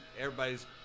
Everybody's